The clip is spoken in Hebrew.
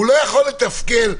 הוא לא יכול לתפקד,